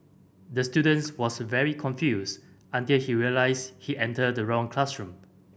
the students was very confused until he realised he entered the wrong classroom